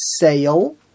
sale